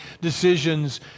decisions